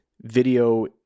video